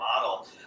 model